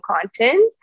content